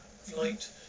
Flight